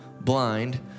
blind